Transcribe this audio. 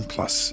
Plus